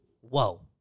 whoa